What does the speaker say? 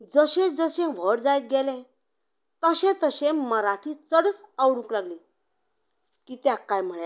जशें जशें व्हड जायत गेलें तशें तशें मराठी चडूच आवडूंक लागली कित्याक म्हळ्यार